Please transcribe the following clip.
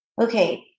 Okay